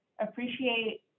appreciate